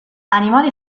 animale